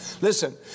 Listen